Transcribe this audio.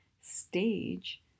stage